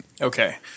Okay